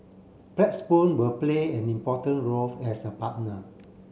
Blackstone will play an important role as a partner